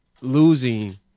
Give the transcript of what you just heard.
losing